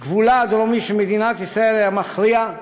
גבולה הדרומי של מדינת ישראל הייתה מכריעה,